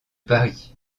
paris